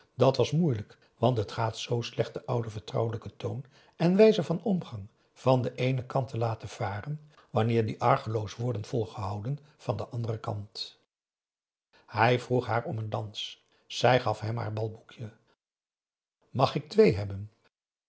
dat was moeilijk want het gaat zoo slecht den ouden vertrouwelijken toon en wijze van omgang van den eenen kant te laten varen wanneer die argeloos worden volgehouden van den anderen kant hij vroeg haar om een dans zij gaf hem haar balboekje mag ik twee hebben